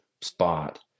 spot